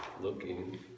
looking